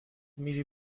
میری